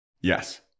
Yes